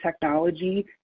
technology